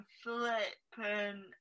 flipping